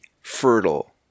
fertile